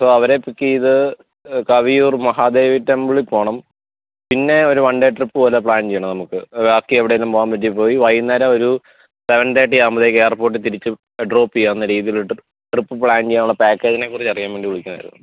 so അവരെ pick ചെയ്ത് കവിയൂര് മഹാദേവി ടെമ്പിളിപ്പോണം പിന്നെ ഒരു വണ് ഡേ ട്രിപ്പ് പോലെ പ്ലാന് ചെയ്യണം നമുക്ക് ബാക്കി എവിടെലും പോകാന് പറ്റിയാൽ പോയി വൈകുന്നേരവൊരു സെവെന് തേട്ടി ആകുമ്പോഴത്തേക്ക് എയര്പ്പോട്ടി തിരിച്ച് ഡ്രോപ്പ് ചെയ്യാവുന്ന രീതീൽ ഒരു ട്രി ട്രിപ്പ് പ്ലാന് ചെയ്യാനുള്ള പേക്കേജിനെക്കുറിച്ചറിയാന് വേണ്ടി വിളിക്കുവായിരുന്നു